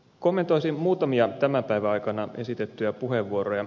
kommentoisin muutamia tämän päivän aikana käytettyjä puheenvuoroja